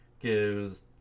gives